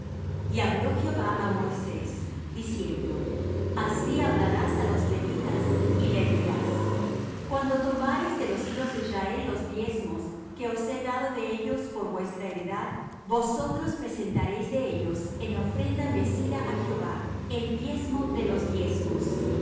y habló jehová á moisés diciendo así hablarás á los levitas y les dirás cuando tomareis de los hijos de israel los diezmos que os he dado de ellos por vuestra heredad vosotros presentaréis de ellos en ofrenda mecida á jehová el diezmo de los diezmos